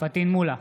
פטין מולא,